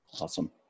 Awesome